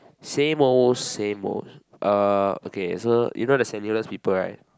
same old same old uh okay so you know the Saint-Hilda's people right